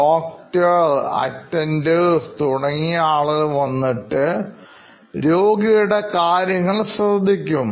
doctor attender തുടങ്ങിയ ആളുകൾ വന്നിട്ട് രോഗിയുടെ കാര്യങ്ങൾ ശ്രദ്ധിക്കും